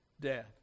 death